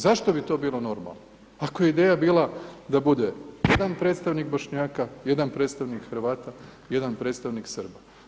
Zašto bi to bilo normalno ako je ideja da bude jedna predstavnik Bošnjaka, jedan predstavnik Hrvata, jedan predstavnik Srba?